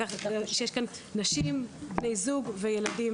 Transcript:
לקחת בחשבון שיש כאן נשים, בני זוג וילדים.